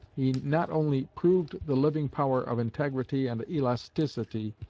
he not only proved the living power of integrity and elasticity,